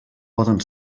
poden